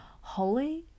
Holy